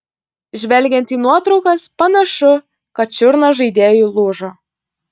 žvelgiant į nuotraukas panašu kad čiurna žaidėjui lūžo